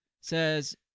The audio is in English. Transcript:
Says